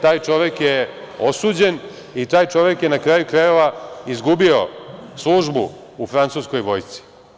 Taj čovek je osuđen i taj čovek je na kraju krajeva izgubio službu u francuskoj vojsci.